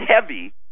heavy